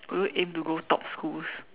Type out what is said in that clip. will you aim to go top schools